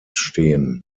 stehen